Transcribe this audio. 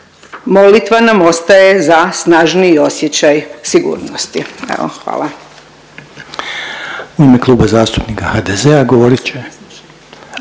molitva nam ostaje za snažniji osjećaj sigurnosti. Evo,